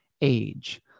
age